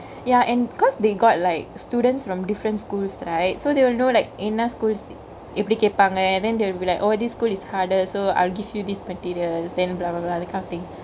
yeah and cause they got like students from different schools right so they will know like என்னா:enna schools எப்டி கேப்பாங்க:eppadi kepangkge then they'll be like oh this school is harder so I'll give you these materials then blah blah blah that kind of thingk